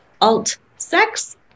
alt-sex